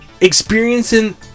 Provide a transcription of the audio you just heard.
experiencing